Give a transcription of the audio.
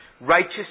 Righteous